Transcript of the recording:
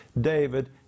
David